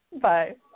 Bye